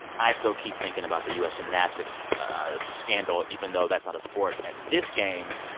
i still keep thinking about the u s. gymnastics scandal even though that's not a sport at this games.